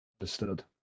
understood